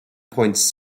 points